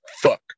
fuck